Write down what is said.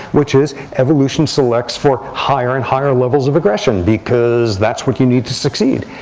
which is evolution selects for higher and higher levels of aggression because that's what you need to succeed.